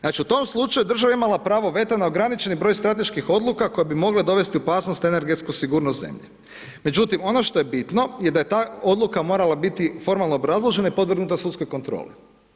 Znači u tom slučaju država je imala pravo veta na ograničeni broj strateških odluka koje bi mogle dovesti u opasnost energetsku sigurnost zemlje, međutim, ono što je bitno, je da je ta odluka morala biti formalno obrazloženja i podvrgnuta sudskoj kontrolu.